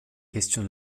question